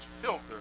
filter